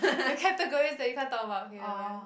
the categories that you can't talk about K never mind